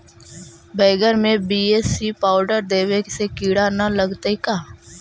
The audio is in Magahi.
बैगन में बी.ए.सी पाउडर देबे से किड़ा न लगतै का?